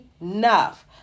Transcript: enough